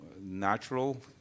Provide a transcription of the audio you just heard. natural